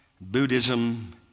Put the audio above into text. Buddhism